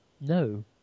No